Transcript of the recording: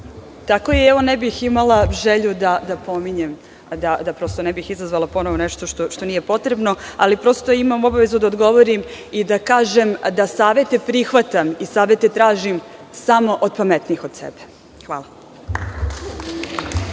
Tako je. Ne bih imala želju da pominjem da prosto ne bih ponovo izazvala nešto što nije potrebno, ali prosto imam obavezu da odgovorim i da kažem da savete prihvatam i savete tražim samo od pametnijih od sebe. Hvala.